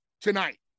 tonight